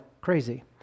crazy